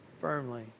Firmly